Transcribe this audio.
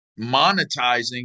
monetizing